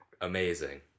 amazing